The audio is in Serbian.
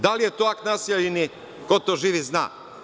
Da li je to akt nasilja ili ko to živi zna?